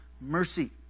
mercy